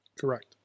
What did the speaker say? correct